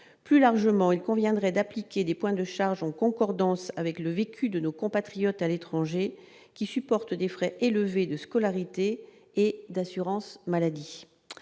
plus largement, il conviendrait d'appliquer des points de charge en concordance avec le vécu de nos compatriotes à l'étranger qui supporte des frais élevés de scolarité et d'assurance maladie,